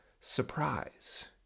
surprise